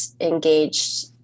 engaged